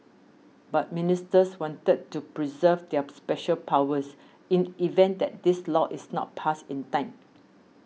but ministers wanted to preserve their special powers in event that this law is not passed in time